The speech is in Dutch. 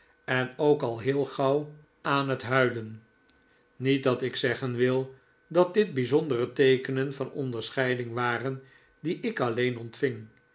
en ook al heel gauw aan het huilen niet dat ik zeggen wil dat dit bijzondere teekenen van onderscheiding waren die ik alleen ontving